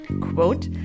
Quote